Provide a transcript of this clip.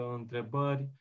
întrebări